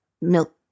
milk